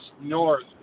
north